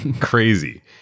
crazy